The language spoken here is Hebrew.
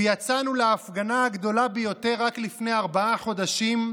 ויצאנו להפגנה הגדולה ביותר רק לפני ארבעה חודשים.